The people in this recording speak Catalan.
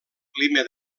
clima